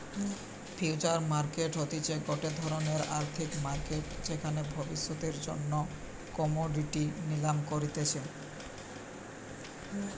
future market হতিছে গটে ধরণের আর্থিক মার্কেট যেখানে ভবিষ্যতের জন্য কোমোডিটি নিলাম করতিছে